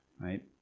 right